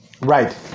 right